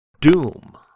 Doom